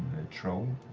troll.